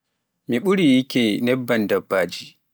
mi ɓuri yikki nebban dabbaji